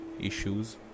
issues